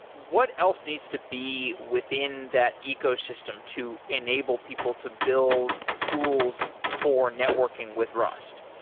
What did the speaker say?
what else needs to be within that ecosystem to enable people to build tools for networking with rust?